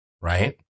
Right